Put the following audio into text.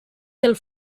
del